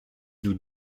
nous